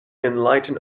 enlighten